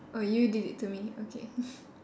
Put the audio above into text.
oh you did it to me okay